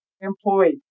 employee